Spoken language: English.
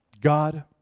God